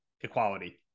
equality